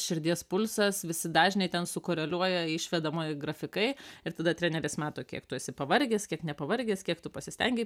širdies pulsas visi dažniai ten sukoreliuoja išvedama grafikai ir tada treneris mato kiek tu esi pavargęs kiek nepavargęs kiek tu pasistengei